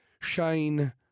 Shane